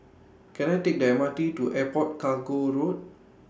Can I Take The M R T to Airport Cargo Road